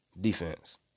Defense